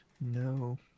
No